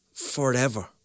Forever